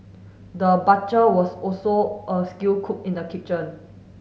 the butcher was also a skill cook in the kitchen